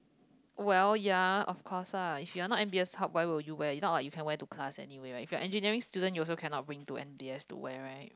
well ya of course lah if you are not M_B_S how why would you wear is not like you wear to class anywhere right if you are engineering student you also cannot bring to M_B_S to wear right